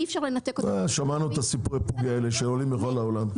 אי-אפשר להתעלם מזה --- שמענו את הסיפורי פוגי האלה שעולים בכל העולם,